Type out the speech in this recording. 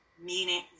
meaning